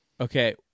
okay